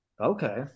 Okay